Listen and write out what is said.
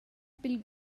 pil